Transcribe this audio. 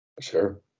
Sure